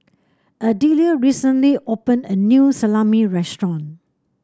Adelia recently opened a new Salami restaurant